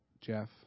Jeff